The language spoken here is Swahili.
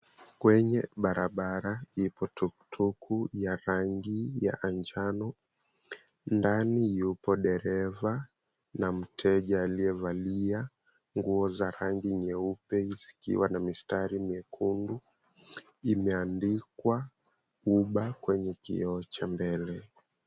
Kwenye barabara ipo [tuktuku] ya rangi ya anjano. Ndani yupo dereva na mteja aliyevalia nguo za rangi nyeupe, zikiwa na mistari mekundu, imeandikwa, Uber kwenye kioo cha mbele.